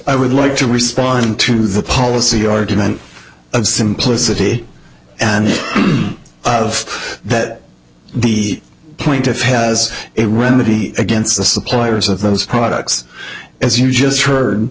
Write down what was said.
i would like to respond to the policy argument of simplicity and of that the plaintiff has a remedy against the suppliers of those products as you just heard